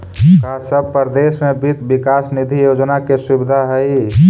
का सब परदेश में वित्त विकास निधि योजना के सुबिधा हई?